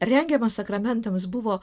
rengiama sakramentams buvo